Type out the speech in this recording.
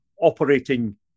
operating